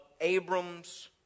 Abram's